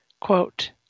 quote